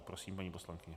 Prosím, paní poslankyně.